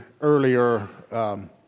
earlier